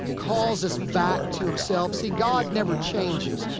calls us back to himself? see, god never changes.